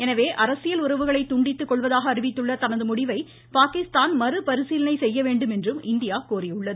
எனவே அரசியல் உறவுகளை துண்டித்து கொள்வதாக அறிவித்துள்ள தனது முடிவை பாகிஸ்தான் மறு பரிசீலனை செய்ய வேண்டும் என்றும் இந்தியா கோரியுள்ளது